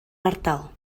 ardal